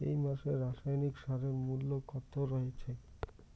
এই মাসে রাসায়নিক সারের মূল্য কত রয়েছে?